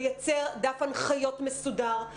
לייצר דף הנחיות מסודר,